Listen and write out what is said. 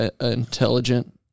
intelligent